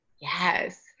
Yes